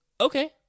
okay